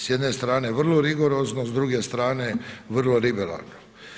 S jedne strane vrlo rigorozno, s druge strane vrlo liberalno.